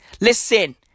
Listen